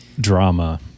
drama